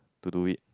to do it